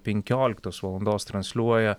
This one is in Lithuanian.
penkioliktos valandos transliuoja